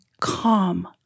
calm